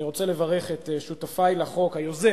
אני רוצה לברך את שותפי לחוק: היוזם,